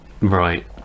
right